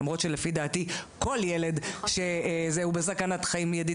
למרות שלדעתי כל ילד הוא בסכנת חיים מיידית